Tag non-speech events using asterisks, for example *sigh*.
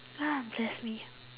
*noise* bless me